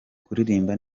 kuririmba